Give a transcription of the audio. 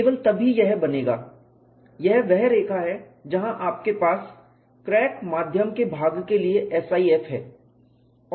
केवल तभी यह बनेगा यह वह रेखा है जहां आपके पास क्रैक माध्यम के भाग के लिए SIF है